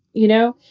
you know,